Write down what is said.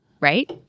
Right